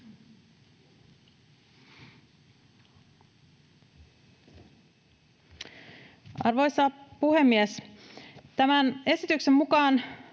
Arvoisa puhemies! Tämän esityksen mukaan